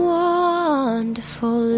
wonderful